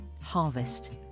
Harvest